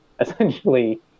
essentially